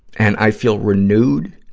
and i feel renewed,